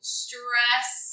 stress